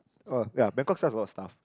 oh yea Bangkok sells a lot of stuff